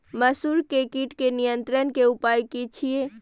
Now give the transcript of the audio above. मसूर के कीट के नियंत्रण के उपाय की छिये?